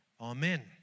Amen